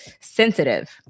sensitive